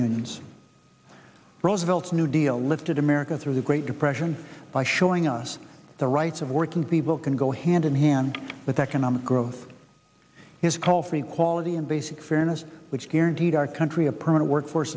unions roosevelt's new deal lifted america through the great depression by showing us the rights of working people can go hand in hand with economic growth his call for the quality and basic fairness which guaranteed our country a permanent workforce